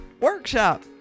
workshop